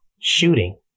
shooting